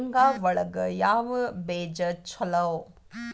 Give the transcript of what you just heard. ಶೇಂಗಾ ಒಳಗ ಯಾವ ಬೇಜ ಛಲೋ?